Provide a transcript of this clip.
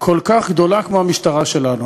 כל כך גדולה כמו המשטרה שלנו.